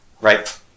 Right